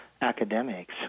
academics